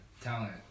talent